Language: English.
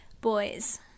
Boys